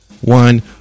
one